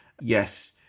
yes